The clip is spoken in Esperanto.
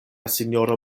sinjoro